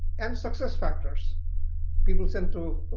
and success factors people tend to